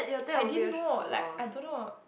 I didn't know like I don't know